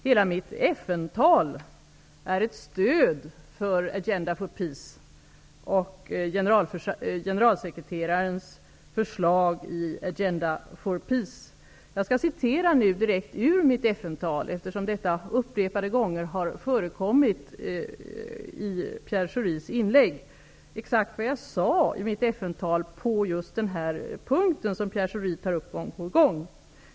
Hela mitt FN-tal är ett stöd för Jag skall nu citera direkt ur mitt FN-tal exakt vad jag sade på den punkt som Pierre Schori tar upp gång på gång.